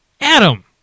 Adam